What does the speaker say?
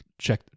check